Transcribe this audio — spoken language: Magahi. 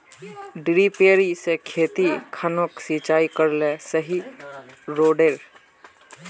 डिरिपयंऋ से खेत खानोक सिंचाई करले सही रोडेर?